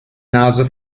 nase